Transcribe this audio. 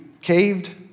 caved